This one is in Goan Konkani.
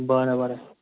बरे बरे